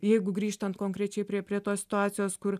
jeigu grįžtant konkrečiai prie prie tos situacijos kur